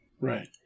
Right